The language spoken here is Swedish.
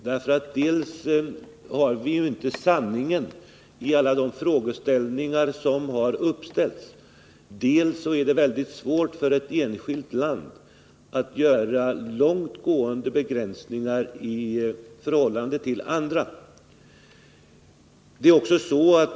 Dels har vi inte sanningen i alla de frågor som har ställts, dels är det mycket svårt för ett enskilt land att göra långtgående begränsningar i förhållande till andra länder.